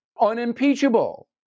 unimpeachable